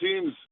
teams